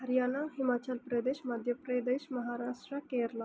Haryana Himachal Pradesh Madhya Pradesh Maharashtra Kerala